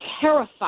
terrified